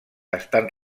estan